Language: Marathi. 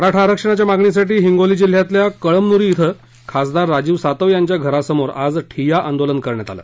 मराठा आरक्षणाच्या मागणीसाठी हिंगोली जिल्ह्यातल्या कळमनुरी इथं खासदार राजीव सातव यांच्या घरासमोर आज ठिय्या आंदोलन करण्यात आलं